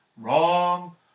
Wrong